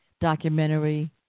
documentary